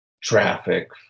traffic